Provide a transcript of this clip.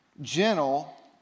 gentle